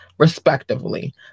Respectively